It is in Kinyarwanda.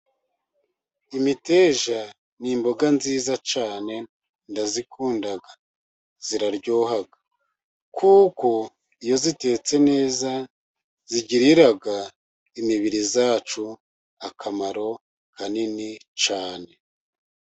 Imiteja ni imboga nziza cyane ndayikunda iraryoha, kuko iyo itetse neza igirira imibiri yacu akamaro kanini cyane.